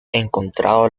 encontrado